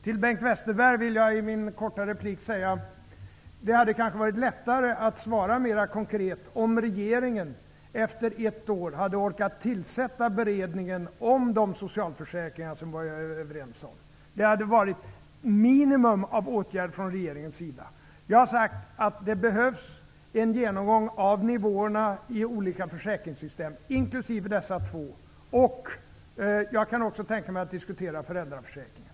Till Bengt Westerberg vill jag i min korta replik säga följande: Det hade kanske varit lättare att svara mer konkret om regeringen efter ett år hade orkat tillsätta beredningen om de socialförsäkringar som vi var överens om. Det hade krävt ett minimum av åtgärder från regeringens sida. Jag har sagt att det behövs en genomgång av nivåerna i olika försäkringssystem, inklusive de två vi talade om. Jag kan också tänka mig att diskutera föräldraförsäkringen.